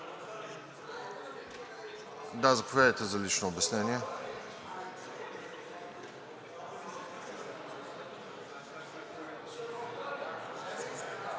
Заповядайте за лично обяснение.